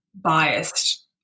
biased